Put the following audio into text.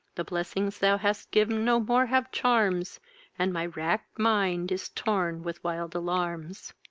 the blessings thou hast giv'n no more have charms and my rack'd mind is torn with wild alarms.